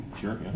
Sure